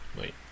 wait